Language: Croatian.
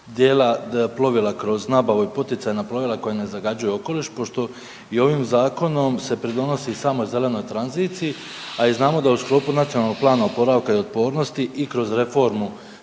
dijela plovila kroz nabavu i poticaj na plovila koja ne zagađuju okoliš pošto i ovim zakonom se pridonosi samoj zelenoj tranziciji, a i znamo da u sklopu NPOO i kroz reformu